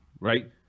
right